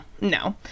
No